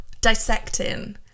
dissecting